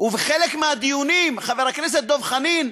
בחלק מהדיונים, חבר הכנסת דב חנין,